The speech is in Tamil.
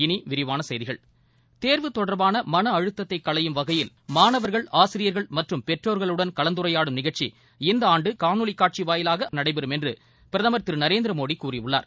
இனி விரிவான செய்திகள் தேர்வு தொடர்பான மன அழுத்தத்தை களையும் வகையில் மாணவர்கள் ஆசிரியர்ள் மற்றும் பெற்றோர்களுடன் கலந்துரையாடும் நிகழ்ச்சி இந்த ஆண்டு காணோலி காட்சி வாயிலாக நடைபெறும் என்று பிரதமர் திரு நரேந்திரமோடி கூறியுள்ளார்